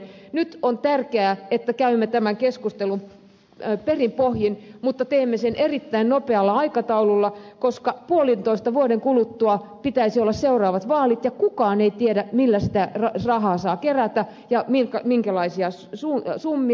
nyt on tärkeää että käymme tämän keskustelun perin pohjin mutta teemme sen erittäin nopealla aikataululla koska puolentoista vuoden kuluttua pitäisi olla seuraavat vaalit ja kukaan ei tiedä millä sitä rahaa saa kerätä ja minkälaisia summia